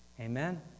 Amen